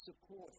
support